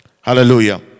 Hallelujah